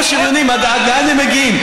חברת הכנסת מרב מיכאלי, את מפחד מבחירות?